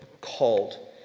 called